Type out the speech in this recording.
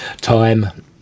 time